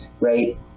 right